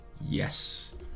yes